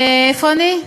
איפה אני?